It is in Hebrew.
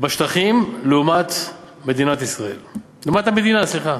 בשטחים לעומת מדינת ישראל, לעומת המדינה, סליחה.